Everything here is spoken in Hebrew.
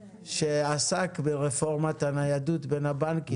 מרגי, שעסק ברפורמת הניידות בין הבנקים.